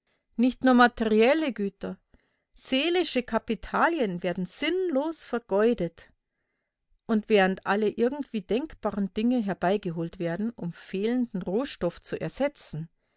nicht nur materielle güter seelische kapitalien werden sinnlos vergeudet und während alle irgendwie denkbaren dinge herbeigeholt werden um fehlenden rohstoff zu ersetzen